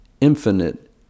infinite